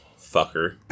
fucker